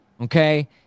okay